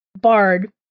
bard